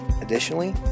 Additionally